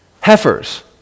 heifers